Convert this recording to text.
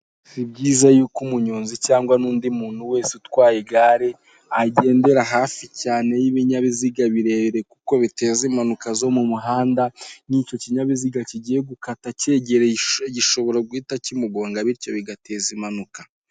Si byiza yuko umunyonzi cyangwa n'undi muntu wese utwaye igare, agendera hafi cyane y'ibinyabiziga birere kuko biteza impanuka zo mu muhanda, n'icyo kinyabiziga kigiye gukata kegereye gishobora guhita kimugonga bityo bigateza impanuka.